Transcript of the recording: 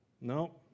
No